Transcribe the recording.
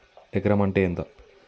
ఎకరం అంటే ఎంత?